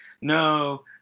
no